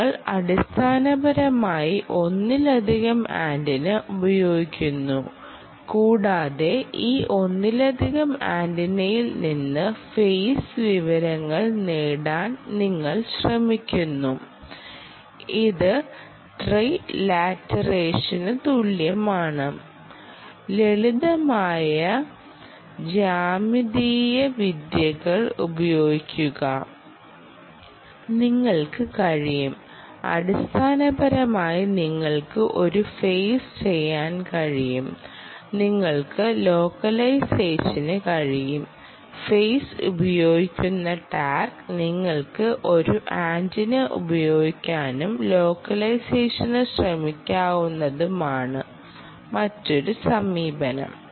നിങ്ങൾ അടിസ്ഥാനപരമായി ഒന്നിലധികം ആന്റിന ഉപയോഗിക്കുന്നു കൂടാതെ ഈ ഒന്നിലധികം ആന്റിനയിൽ നിന്ന് ഫെയ്സ് വിവരങ്ങൾ നേടാൻ നിങ്ങൾ ശ്രമിക്കുന്നു ഇത് ട്രിലാറ്ററേഷനു തുല്യമാണ് ലളിതമായ ജ്യാമിതീയ വിദ്യകൾ ഉപയോഗിക്കുക നിങ്ങൾക്ക് കഴിയും അടിസ്ഥാനപരമായി നിങ്ങൾക്ക് ഒരു ഫെയ്സ് ചെയ്യാൻ കഴിയും നിങ്ങൾക്ക് ലോക്കലൈസേഷന് കഴിയും ഫെയ്സ് ഉപയോഗിക്കുന്ന ടാഗ് നിങ്ങൾക്ക് ഒരു ആന്റിന ഉപയോഗിക്കാനും ലോക്കലൈസേഷനു ശ്രമിക്കാമെന്നതുമാണ് മറ്റൊരു സമീപനം